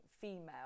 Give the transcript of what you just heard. female